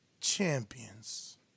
champions